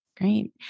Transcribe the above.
Great